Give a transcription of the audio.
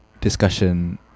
discussion